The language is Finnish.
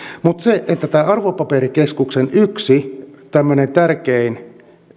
tämän arvopaperikeskuksen yksi tämmöisistä tärkeimmistä